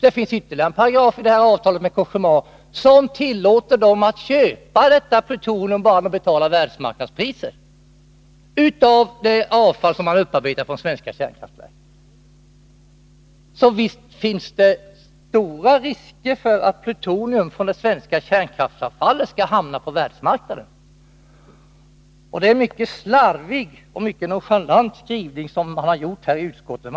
Det finns ytterligare en paragraf i avtalet med Cogéma som tillåter företaget att bara genom att betala världsmarknadspriset köpa detta plutonium som upparbetats av avfall från svenska kärnkraftverk. Visst finns det stora risker för att plutoniet från det svenska kärnkraftsavfallet skall hamna på världsmarknaden. Det är en mycket slarvig och nonchalant skrivning man har gjort i utskottet.